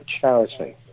charity